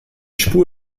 spur